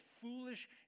foolish